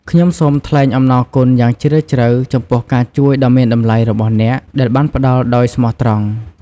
ខ្ញុំសូមថ្លែងអំណរគុណយ៉ាងជ្រាលជ្រៅចំពោះការជួយដ៏មានតម្លៃរបស់អ្នក ដែលបានផ្ដល់ដោយស្មោះត្រង់។